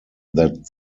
that